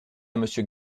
monsieur